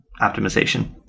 optimization